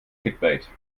clickbait